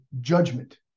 Judgment